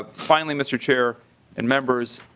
ah finally mr. chair and members